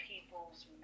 people's